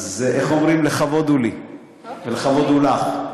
אז איך אומרים: לכבוד הוא לי ולכבוד הוא לך.